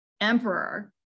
emperor